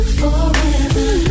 forever